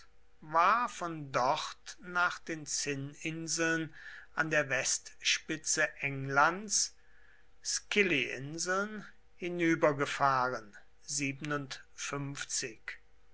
war von dort nach den zinninseln an der westspitze englands scillyinseln hinübergefahren